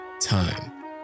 time